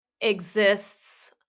exists